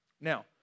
Now